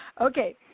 Okay